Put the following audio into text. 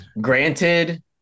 granted